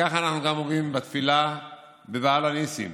ככה אנחנו גם אומרים בתפילה ב"על הניסים",